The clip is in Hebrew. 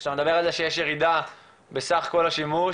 שאתה מדבר על זה שיש ירידה בסך כל השימוש,